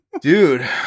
Dude